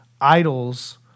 idols